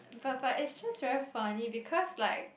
but but it just very funny because like